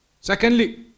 Secondly